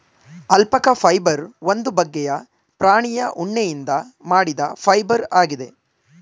alpaca fibre ಒಂದು ಬಗ್ಗೆಯ ಪ್ರಾಣಿಯ ಉಣ್ಣೆಯಿಂದ ಮಾಡಿದ ಫೈಬರ್ ಆಗಿದೆ